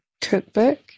cookbook